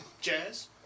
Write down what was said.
Jazz